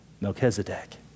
Melchizedek